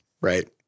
right